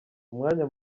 umwanya